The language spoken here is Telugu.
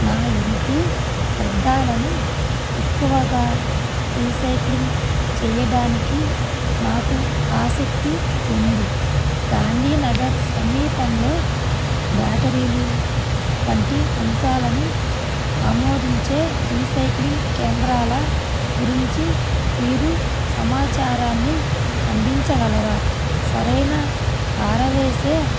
నా ఇంటి వ్యర్థాలను ఎక్కువగా రీసైక్లింగ్ చెయ్యడానికి నాకు ఆసక్తి ఉంది గాంధీనగర్ సమీపంలో బ్యాటరీలు వంటి అంశాలను ఆమోదించే రీసైక్లింగ్ కేంద్రాల గురించి మీరు సమాచారాన్ని అందించగలరా సరైన పారవేసే